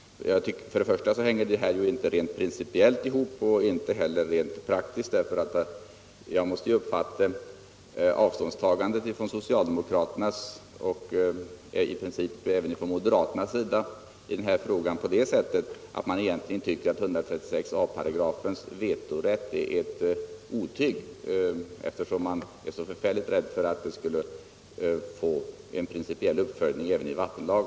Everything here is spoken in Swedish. Detta hänger inte ihop vare sig principiellt eller praktiskt. Eftersom socialdemokraterna och i viss mån även moderaterna är så förfärligt rädda för en principiell uppföljning även i vattenlagen, måste jag uppfatta deras ståndpunktstagande i denna fråga som att de egentligen tycker att vetorätten enligt 136 a § är ett otyg.